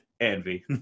envy